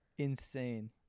Insane